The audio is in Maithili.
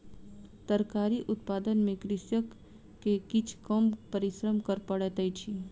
तरकारी उत्पादन में कृषक के किछ कम परिश्रम कर पड़ैत अछि